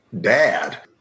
Dad